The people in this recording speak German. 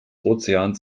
ozeans